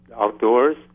outdoors